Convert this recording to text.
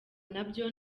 nabyo